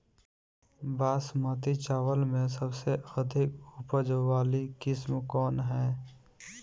बासमती चावल में सबसे अधिक उपज वाली किस्म कौन है?